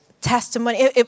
testimony